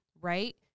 right